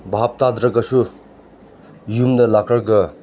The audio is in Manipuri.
ꯚꯥꯞ ꯇꯥꯗ꯭ꯔꯒꯁꯨ ꯌꯨꯝꯗ ꯂꯥꯛꯂꯒ